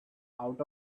out